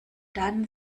dann